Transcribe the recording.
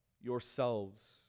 yourselves